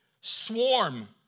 swarm